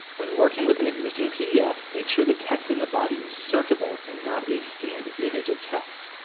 when working with an existing pdf, make sure the text in the body is searchable and not a scanned image of text.